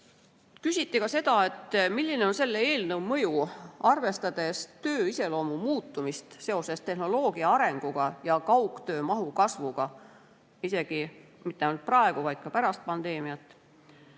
Küsiti ka seda, milline on selle eelnõu mõju, arvestades töö iseloomu muutumist seoses tehnoloogia arenguga ja kaugtöö mahu kasvuga, ja seda mitte ainult praegu, vaid ka pärast pandeemiat.